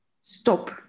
stop